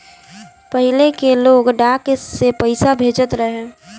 पहिले के लोग डाक से पईसा भेजत रहे